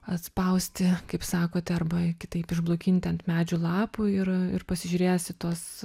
atspausti kaip sakote arba kitaip išblukinti ant medžių lapų ir ir pasižiūrėjęs į tuos